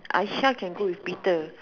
Aisha can go with Peter